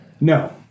no